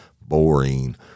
boring